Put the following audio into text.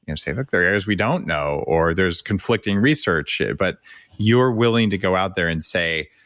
and say, look, there are areas we don't know, or there's conflicting research. but you're willing to go out there and say,